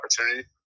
opportunity